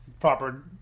Proper